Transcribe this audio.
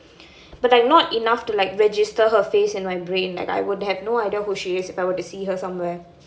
but like not enough to like register her face in my brain I have like no idea who she is if I were to see her somewhere